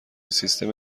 سیستم